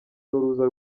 n’uruza